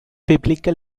biblical